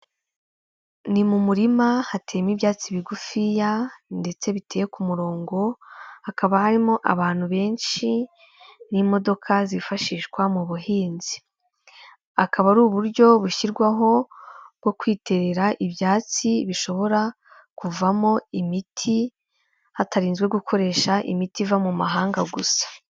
Ni mu murima hateyemo ibyatsi bigufiya ndetse biteye ku murongo, hakaba harimo abantu benshi n'imodoka zifashishwa mu buhinzi. Akaba ari uburyo bushyirwaho bwo kwiterera ibyatsi bishobora kuvamo imiti, hatarinzwe gukoresha imiti iva mu mahanga gusa.